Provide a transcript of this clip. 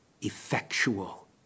effectual